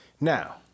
Now